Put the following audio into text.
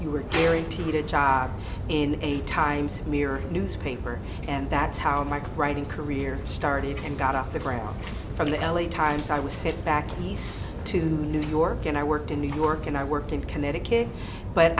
you are guaranteed a job in eight times mirror newspaper and that's how mike writing career started and got off the ground from the l a times i was sit back and east to new york and i worked in new york and i worked in connecticut but